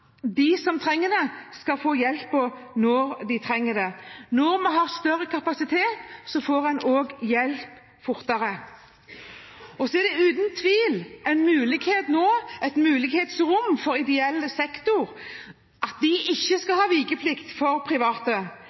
de som trenger hjelp, skal få den når de trenger den. Når vi har større kapasitet, får en også hjelp fortere. Så gir dette uten tvil nå et mulighetsrom for ideell sektor: De skal ikke ha vikeplikt for private,